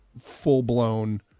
full-blown